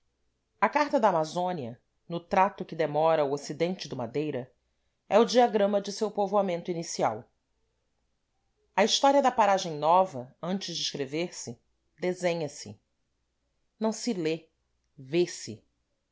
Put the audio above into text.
a carta da amazônia no trato que demora ao ocidente do madeira é o diagrama de seu povoamento inicial a história da paragem nova antes de escrever se desenha se não se lê vê-se